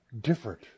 different